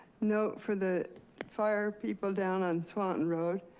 note for the fire people down on swanton road,